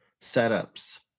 setups